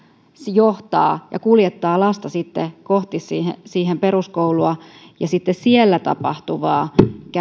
johtaa ja kuljettaa lasta kohti peruskoulua ja sitten siellä tapahtuvaa